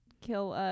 kill